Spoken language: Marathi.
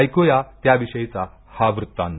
ऐकूया त्याविषयीचा हा वत्तांत